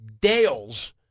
Dales